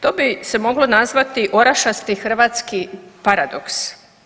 To bi se moglo nazvati orašasti hrvatski paradoks.